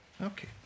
Okay